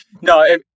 no